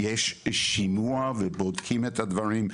יש שימוע ובודקים את הדברים,